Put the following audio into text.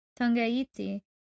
Tongaiti